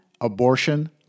abortion